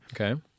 okay